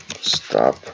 stop